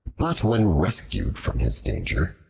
but when rescued from his danger,